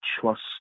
trust